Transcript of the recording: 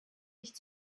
nicht